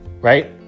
Right